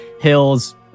hills